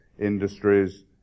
industries